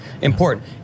important